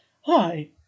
Hi